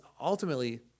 ultimately